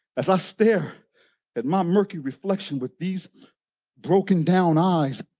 as i stare at my murky reflection with these broken down eyes,